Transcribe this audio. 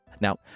Now